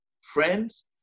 Friends